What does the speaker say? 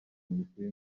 komisiyo